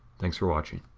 thanks for watching.